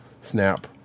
snap